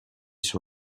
sur